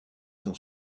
dans